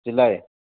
চিলাই